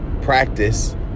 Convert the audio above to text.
practice